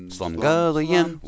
Slumgullion